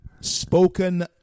spoken